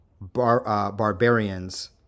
barbarians